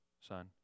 Son